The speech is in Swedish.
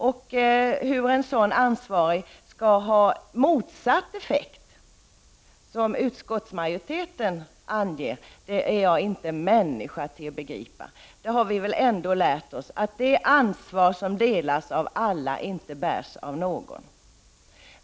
Hur tillsättandet av en jämställdhetsansvarig skulle kunna ha motsatt effekt mot den avsedda, som utskottsmajoriteten anger, är jag inte människa att begripa. Det har vi väl ändå lärt oss: Det ansvar som delas av alla bärs inte av någon.